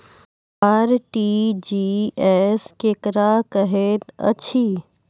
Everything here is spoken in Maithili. आर.टी.जी.एस केकरा कहैत अछि?